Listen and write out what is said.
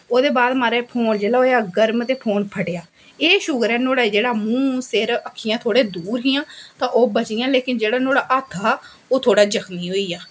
ओह्दे बाद महाराज फोन जिसलै होएआ गर्म ते फोन फट्टेआ एह् शुकर ऐ नुआढ़े जेह्ड़ा मूंह् सिर अक्खियां थोह्ड़े दूर हियां तां ओह् बची गेइयां लेकिन नोहाड़ा जेह्ड़ा हत्थ हा ओह् थोह्ड़ा जख्मी होई गेआ